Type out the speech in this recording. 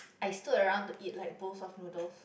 I stood around to eat like bowl of noodles